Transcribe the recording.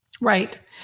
Right